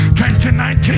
2019